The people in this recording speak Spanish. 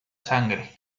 sangre